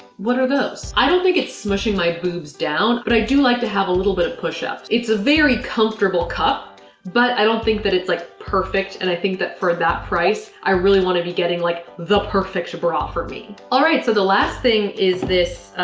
what are those? i don't think it's smooshing my boobs down but i do like to have a little bit of push-up. it's a very comfortable cup but i don't think that it's like perfect and i think that for that price i really wanna be getting like the perfect bra for me. alright so the last thing is this,